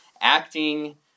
acting